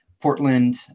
Portland